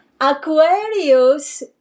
Aquarius